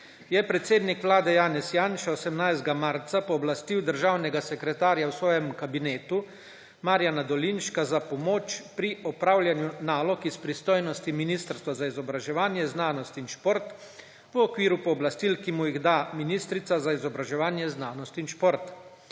»Je predsednik Vlade Janez Janša 18. marca pooblastil državnega sekretarja v svojem kabinetu Marjana Dolinška za pomoč pri opravljanju nalog iz pristojnosti Ministrstva za izobraževanje, znanost in šport v okviru pooblastil, ki mu jih da ministrica za izobraževanje, znanost in šport.